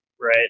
right